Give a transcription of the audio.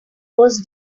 was